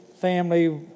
family